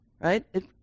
right